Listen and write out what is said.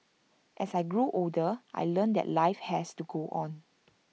as I grew older I learnt that life has to go on